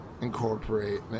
incorporate